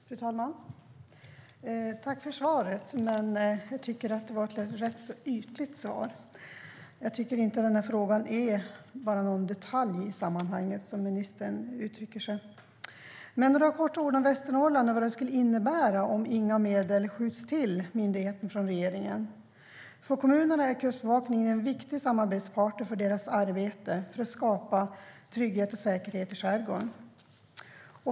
Fru talman! Tack, ministern, för svaret! Jag tycker dock att det var ett rätt ytligt svar. Jag tycker inte att den här frågan bara är en detalj i sammanhanget, som ministern uttrycker det. Låt mig säga några korta ord om Västernorrland och om vad det skulle innebära om inga medel skjuts till myndigheten från regeringen. För kommunerna är Kustbevakningen en viktig samarbetspartner i arbetet med att skapa trygghet och säkerhet i skärgården.